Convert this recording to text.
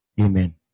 amen